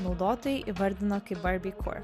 naudotojai įvardina kaip barbie core